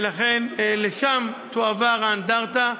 ולכן לשם תועבר האנדרטה,